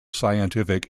scientific